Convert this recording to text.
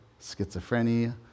schizophrenia